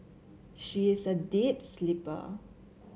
she is a deep sleeper